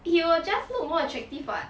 you will just look more attractive [what]